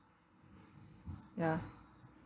ya